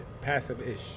Passive-ish